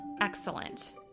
Excellent